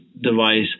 device